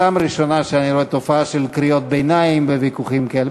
פעם ראשונה שאני רואה תופעה של קריאות ביניים וויכוחים כאלה.